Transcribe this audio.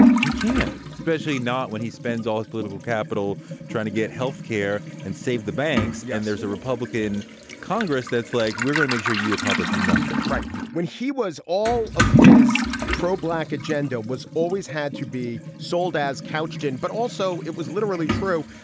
he can't, especially not when he spends all his political capital trying to get health care and save the banks. yeah and there's a republican congress that's like we're going to make sure you accomplish nothing right. when he was all of his pro black agenda was always had to be sold as couched in. but also, it was literally true.